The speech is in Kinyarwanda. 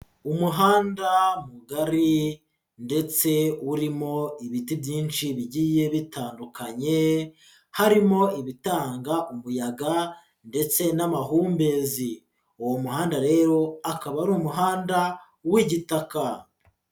Umuhanda mugari ndetse urimo ibiti byinshi bigiye bitandukanye, harimo ibitanga umuyaga ndetse n'amahumbezi, uwo muhanda rero akaba ari umuhanda w'igitaka.